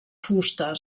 fusta